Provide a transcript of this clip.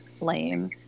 lame